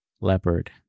leopard